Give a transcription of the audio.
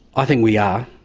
i think we are.